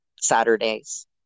Saturdays